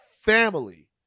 family